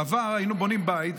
בעבר היינו בונים בית,